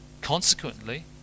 Consequently